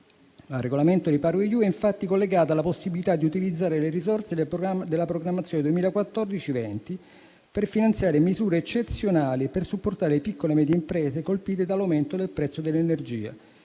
Al regolamento REPowerEU, infatti, è collegata la possibilità di utilizzare le risorse della programmazione 2014-2020 per finanziare misure eccezionali, al fine di supportare le piccole e medie imprese colpite dall'aumento del prezzo dell'energia